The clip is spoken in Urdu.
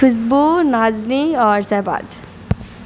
خوشبو نازنی اور شہباز